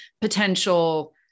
potential